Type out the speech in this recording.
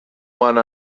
one